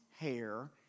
hair